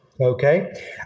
Okay